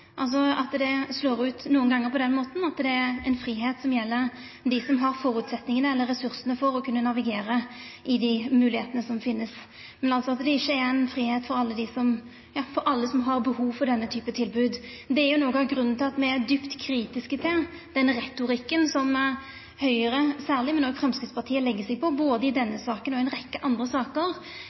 altså at det nokre gonger slår ut på den måten at det er ein fridom som gjeld dei som har føresetnadane eller ressursane til å kunna navigera i dei moglegheitene som finst, men at det ikkje er ein fridom for alle som har behov for denne typen tilbod. Det er noko av grunnen til at me er djupt kritiske til den retorikken som særleg Høgre, men òg Framstegspartiet, legg seg på i både denne og ei rekkje andre saker,